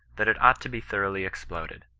that it ought to be thoroughly exploded.